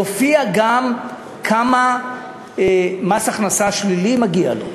יופיע גם כמה מס הכנסה שלילי מגיע לו.